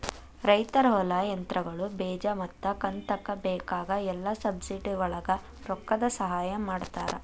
ರೈತರ ಹೊಲಾ, ಯಂತ್ರಗಳು, ಬೇಜಾ ಮತ್ತ ಕಂತಕ್ಕ ಬೇಕಾಗ ಎಲ್ಲಾಕು ಸಬ್ಸಿಡಿವಳಗ ರೊಕ್ಕದ ಸಹಾಯ ಮಾಡತಾರ